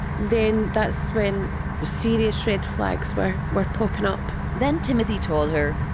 then that's when the serious red flags were were popping up then timothy told her,